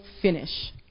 finish